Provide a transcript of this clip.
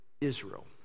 Israel